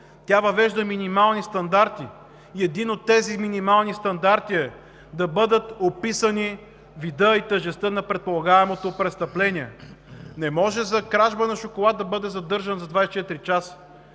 тя въвежда минимални стандарти и един от тях е да бъдат описани видът и тежестта на предполагаемото престъпление. Не може за кражба на шоколад да бъде задържан за 24 часа!